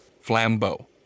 Flambeau